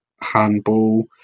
handball